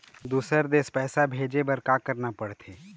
दुसर देश पैसा भेजे बार का करना पड़ते?